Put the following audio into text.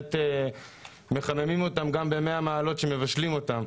באמת מחממים אותם גם ב-100 מעלות כשמבשלים אותם.